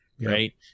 right